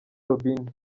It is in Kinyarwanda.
robinho